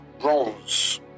bronze